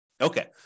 Okay